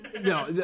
No